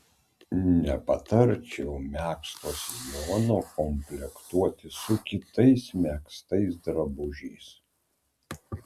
nepatarčiau megzto sijono komplektuoti su kitais megztais drabužiais